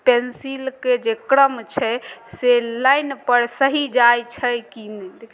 पेंसिलके जे क्रम छै से लाइनपर सही जाइ छै कि नहि